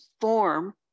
form